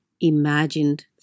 imagined